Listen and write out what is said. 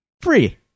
free